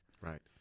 Right